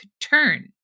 turn